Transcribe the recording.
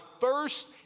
first